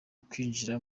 kwinjira